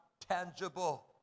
tangible